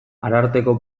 ararteko